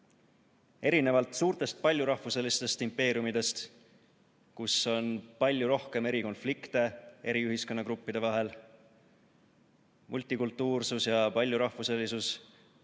erinevalt suurtest paljurahvuselistest impeeriumidest, kus on palju rohkem konflikte eri ühiskonnagruppide vahel. Multikultuursus ja paljurahvuselisus